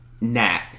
Nat